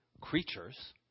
creatures